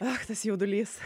ak tas jaudulys